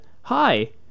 Hi